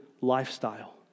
lifestyle